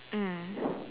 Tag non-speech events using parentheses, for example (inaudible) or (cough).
mm (breath)